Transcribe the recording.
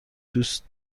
دوست